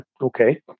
Okay